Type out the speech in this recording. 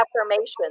affirmations